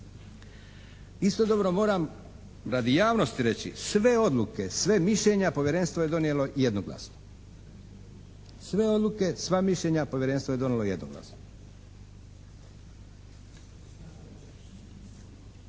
Istodobno moram radi javnosti reći sve odluke, sva mišljenja Povjerenstvo je donijelo jednoglasno. Sve odluke, sva mišljenja Povjerenstvo je donijelo jednoglasno.